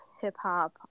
hip-hop